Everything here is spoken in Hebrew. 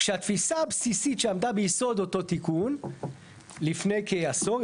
כשהתפיסה הבסיסית שעמדה ביסוד אותו תיקון לפני כעשור,